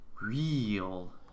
real